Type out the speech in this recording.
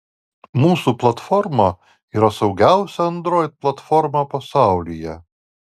mūsų platforma yra saugiausia android platforma pasaulyje